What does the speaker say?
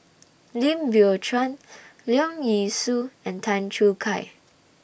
Lim Biow Chuan Leong Yee Soo and Tan Choo Kai